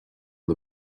the